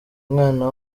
mwana